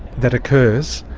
that occurs,